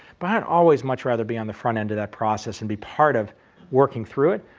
but always much rather be on the front-end of that process and be part of working through it.